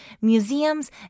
museums